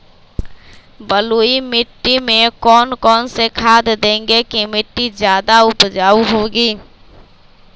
बलुई मिट्टी में कौन कौन से खाद देगें की मिट्टी ज्यादा उपजाऊ होगी?